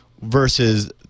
versus